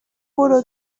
برو